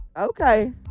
Okay